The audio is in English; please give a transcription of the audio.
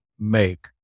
Make